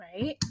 Right